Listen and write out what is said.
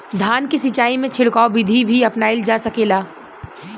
धान के सिचाई में छिड़काव बिधि भी अपनाइल जा सकेला?